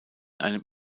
einem